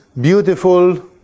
Beautiful